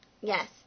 Yes